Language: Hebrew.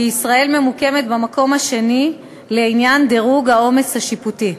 ישראל ממוקמת במקום השני לעניין דירוג העומס השיפוטי.